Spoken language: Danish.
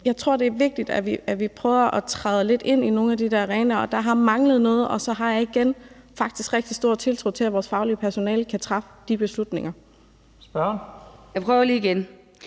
Jeg tror, det er vigtigt, at vi prøver at træde lidt ind i nogle af de der arenaer, og der har manglet noget. Og så har jeg igen faktisk rigtig stor tiltro til, at vores faglige personale kan træffe de beslutninger. Kl. 22:52 Første